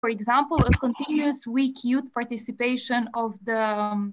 For example, a continuous weak youth participation of the...